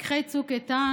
לקחי צוק איתן,